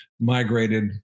migrated